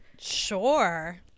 Sure